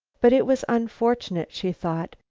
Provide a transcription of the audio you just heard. but it was unfortunate, she thought,